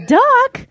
duck